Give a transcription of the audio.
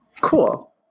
Cool